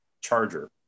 charger